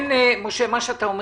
משה, אתה בעצם אומר